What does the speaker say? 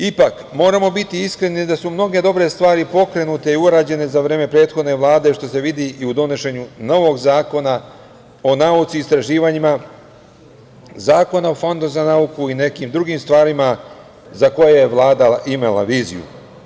Ipak, moramo biti iskreni da su mnoge dobre stvari pokrenute i urađene za vreme prethodne Vlade što se vidi i u donošenju novog Zakona o nauci i istraživanja, Zakona o Fondu za nauku i nekim drugim stvarima za koje je Vlada imala viziju.